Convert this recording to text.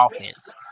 offense